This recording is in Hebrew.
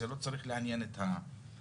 זה לא צריך לעניין את העובד.